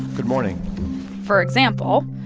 good morning for example,